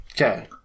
Okay